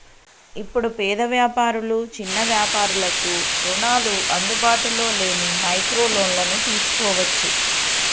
ఇప్పుడు పేద వ్యాపారులు చిన్న వ్యాపారులకు రుణాలు అందుబాటులో లేని మైక్రో లోన్లను తీసుకోవచ్చు